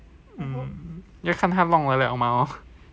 mm 要看他弄得了吗